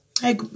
Hey